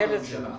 החלטת ממשלה.